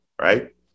right